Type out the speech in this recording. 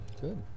Good